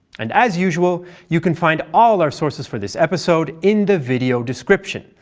and as usual, you can find all our sources for this episode in the video description,